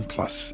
Plus